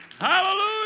Hallelujah